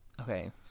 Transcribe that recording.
Okay